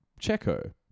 Checo